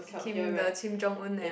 Kim the Kim-Jong-Un and